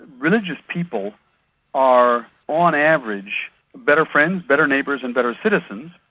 religious people are on average better friends, better neighbours and better citizens.